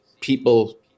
people